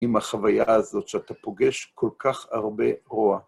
עם החוויה הזאת שאתה פוגש כל כך הרבה רוע.